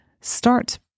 Start